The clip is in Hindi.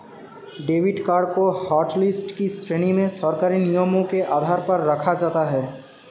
डेबिड कार्ड को हाटलिस्ट की श्रेणी में सरकारी नियमों के आधार पर रखा जाता है